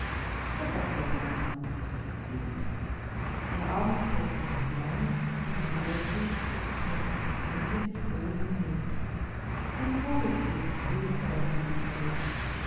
da sagt der landmann es ist gut ihr abendglocken lang und leise gebt noch zum ende frohen mut ein vogelzug grüßt auf der reise